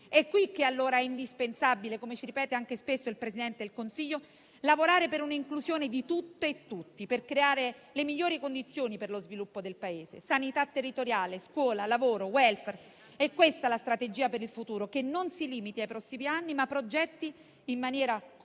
È pertanto indispensabile - come ci ripete spesso il Presidente del Consiglio - lavorare per un'inclusione di tutte e tutti, al fine di creare le migliori condizioni per lo sviluppo del Paese. Sanità territoriale, scuola, lavoro e *welfare*: è questa la strategia per il futuro che non si limiti ai prossimi anni, ma progetti in maniera coraggiosa